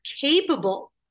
capable-